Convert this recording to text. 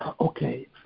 Okay